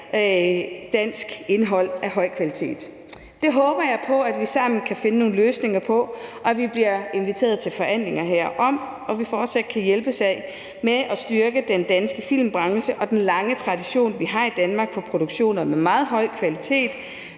dansk indhold af høj kvalitet. Det håber jeg at vi sammen kan finde nogle løsninger på og at vi bliver inviteret til forhandlinger om, og jeg håber, at vi fortsat kan hjælpes ad med at styrke den danske filmbranche og den lange tradition, vi har i Danmark, for produktioner af meget høj kvalitet,